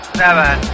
seven